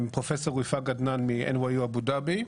פרופסור וויפג עדנאן מ-"NYU Abu Dhabi".